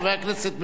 חבר הכנסת בן-ארי.